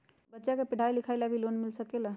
बच्चा के पढ़ाई लिखाई ला भी लोन मिल सकेला?